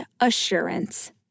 assurance